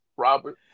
Robert